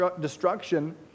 destruction